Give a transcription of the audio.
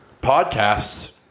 Podcasts